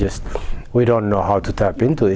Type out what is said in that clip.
just we don't know how to tap into